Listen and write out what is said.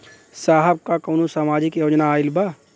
साहब का कौनो सामाजिक योजना आईल बा?